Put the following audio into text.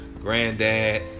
granddad